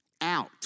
out